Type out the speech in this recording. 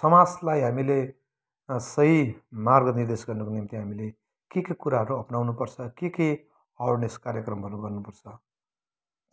समाजलाई हामीले सही मार्ग निर्देश गर्नुको निम्ति हामीले के के कुराहरू अप्नाउनु पर्छ के के अवेरनेस कार्यक्रमहरू गर्नु पर्छ